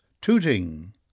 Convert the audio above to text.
Tooting